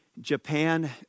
Japan